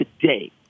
today